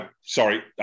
Sorry